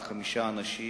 חמישה אנשים,